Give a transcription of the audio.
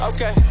Okay